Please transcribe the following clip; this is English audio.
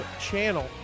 channel